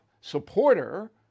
supporter